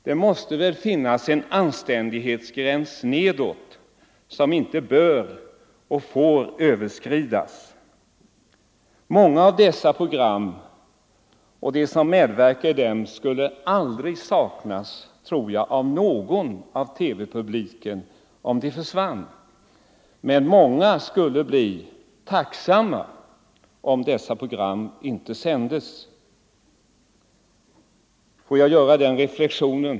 Det måste väl finnas en anständighetsgräns nedåt, som inte bör och inte får underskridas. Många av programmen och de personer som medverkar i dem skulle aldrig saknas av någon bland TV-publiken om programmen försvann. Men många skulle bli tacksamma om dessa program inte sändes. Jag vill göra en reflexion.